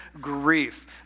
grief